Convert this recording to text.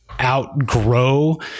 outgrow